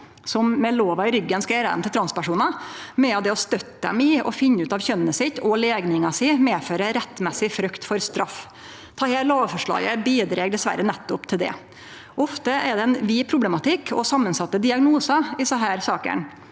som med lova i ryggen skal gjere dei til transpersonar, medan det å støtte dei i å finne ut av kjønnet sitt og legninga si medfører rettmessig frykt for straff. Dette lovforslaget bidreg dessverre nettopp til det. Ofte er det ein vid problematikk og samansette diagnosar i desse sakene.